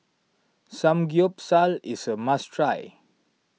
Samgyeopsal is a must try